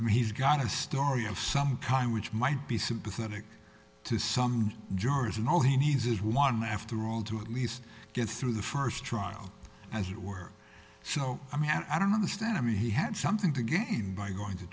and he's got a story of some kind which might be sympathetic to some jurors and all he needs is one after all to at least get through the first trial as it were so i mean i don't understand i mean he had something to gain by going to